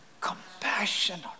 Compassion